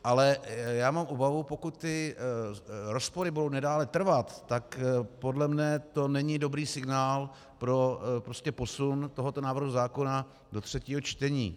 Ale já mám obavu, že pokud rozpory budou nadále trvat, tak podle mne to není dobrý signál pro posun tohoto návrhu zákona do třetího čtení.